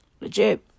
Legit